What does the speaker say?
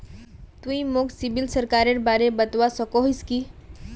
तुई मोक सिबिल स्कोरेर बारे बतवा सकोहिस कि?